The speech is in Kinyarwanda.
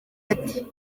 ati